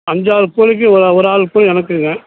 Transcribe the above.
அஞ்சு ஆள் கூலிக்கு ஒரு ஒரு ஆள் கூலி எனக்குங்க